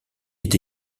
est